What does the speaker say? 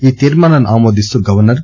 ఈ తీర్మాన్ని ఆమోదిస్తూ గవర్నర్